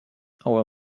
our